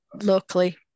locally